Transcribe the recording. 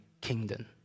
kingdom